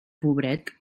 pobret